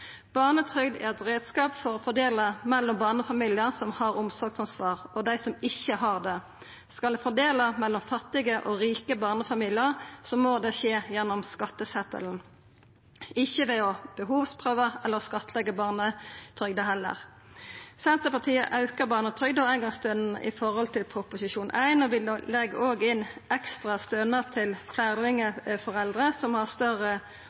eit fattigsystem. Barnetrygda er ein reiskap for å fordela mellom barnefamiliar som har omsorgsansvar, og dei som ikkje har det. Skal ein fordela mellom fattige og rike barnefamiliar, må det skje gjennom skattesetelen, ikkje ved å behovsprøva eller skattleggja barnetrygda. Senterpartiet aukar barnetrygda og eingongsstønaden i forhold til Prop. 1. Vi legg òg inn ekstra stønad til fleirlingforeldre, som har større